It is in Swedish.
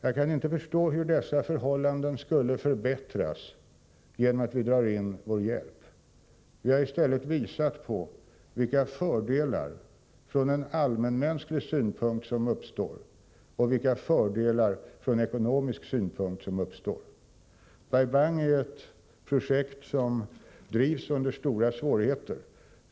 Jag kan inte förstå hur dessa förhållanden skulle kunna förbättras genom att vi drar in vår hjälp. Vi har i stället visat på de fördelar från allmänmänsklig och ekonomisk synpunkt som uppstår genom vår hjälp. Bai Bang är ett projekt som drivs under stora svårigheter.